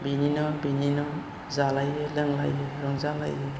बिनि न' बिनि न' जालायो लोंलायो रंजालायो